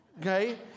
Okay